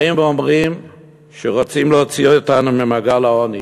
באים ואומרים שרוצים להוציא אותנו ממעגל העוני,